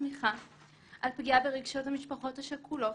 תמיכה על פגיעה ברגשות המשפחות השכולות,